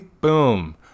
boom